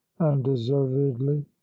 undeservedly